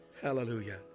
Hallelujah